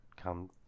come